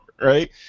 right